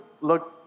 looks